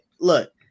look